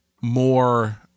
more